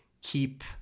keep